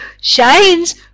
shines